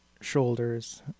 shoulders